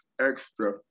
extra